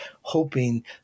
hoping